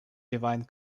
divine